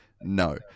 No